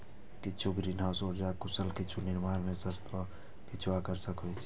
किछु ग्रीनहाउस उर्जा कुशल, किछु निर्माण मे सस्ता आ किछु आकर्षक होइ छै